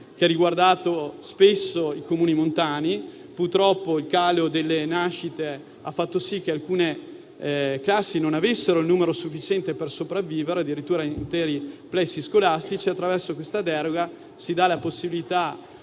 che ha riguardato spesso i Comuni montani. Purtroppo, il calo delle nascite ha fatto sì che alcune classi non avessero il numero sufficiente per sopravvivere, addirittura interi plessi scolastici. Attraverso questa deroga si dà la possibilità